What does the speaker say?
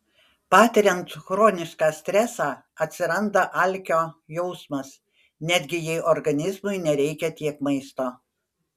patiriant chronišką stresą atsiranda alkio jausmas netgi jei organizmui nereikia tiek maisto